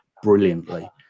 brilliantly